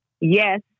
Yes